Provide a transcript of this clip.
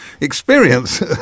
experience